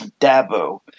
Dabo